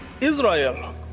Israel